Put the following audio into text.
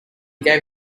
gave